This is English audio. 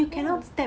why